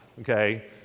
okay